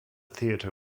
theater